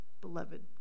beloved